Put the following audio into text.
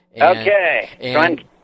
Okay